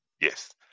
Yes